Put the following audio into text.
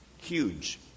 huge